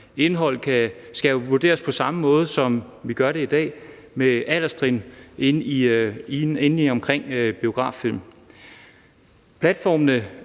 Indholdet skal jo vurderes på samme måde, som vi gør det i dag, med alderstrin i forbindelse med biograffilm. Platformene,